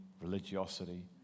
religiosity